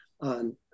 on